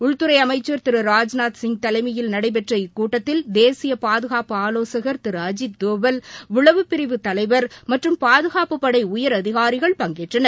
உள்துறை அமைச்சர் திரு ராஜ்நாத்சிங் தலைமையில் நடைபெற்ற இக்கூட்டத்தில் தேசிய பாதுகாப்பு ஆலோசகர் திரு அஜித் தோவல் உளவுப் பிரிவு தலைவர் மற்றும் பாதுகாப்பு படை உயர் அதிகாரிகள் பங்கேற்றனர்